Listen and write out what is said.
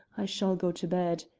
i shall go to bed,